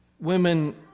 women